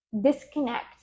disconnect